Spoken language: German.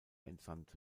entsandt